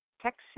Texas